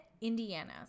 Indiana